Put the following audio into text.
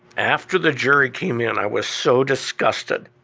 after the jury came in, i was so disgusted